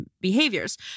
behaviors